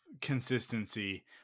consistency